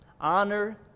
Honor